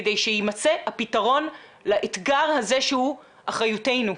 כדי שיימצא הפתרון לאתגר הזה שהוא אחריותנו,